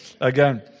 again